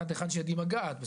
עד לאחד שידי מגעת,